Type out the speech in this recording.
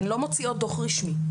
הן לא מוציאות דוח רשמי,